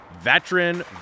veteran